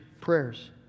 prayers